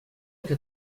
que